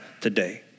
today